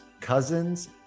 Cousins